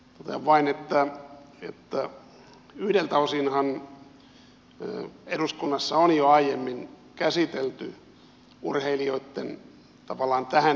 totean vain että yhdeltä osinhan eduskunnassa on jo aiemmin käsitelty urheilijoitten tavallaan tähän liittyvää vakuutusturvaa